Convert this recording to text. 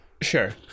Sure